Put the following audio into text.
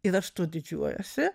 ir aš tuo didžiuojuosi